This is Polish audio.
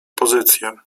pozycję